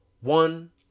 One